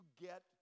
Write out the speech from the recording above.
get